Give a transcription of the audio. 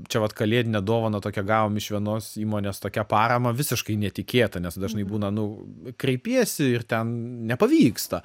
čia vat kalėdinę dovaną tokią gavom iš vienos įmonės tokią paramą visiškai netikėtą dažnai būna nu kreipiesi ir ten nepavyksta